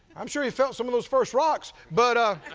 i'm sure he felt some of those first rocks, but